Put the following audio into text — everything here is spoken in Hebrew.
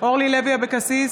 אורלי לוי אבקסיס,